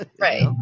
Right